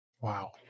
Wow